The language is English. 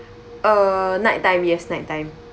uh night time yes night time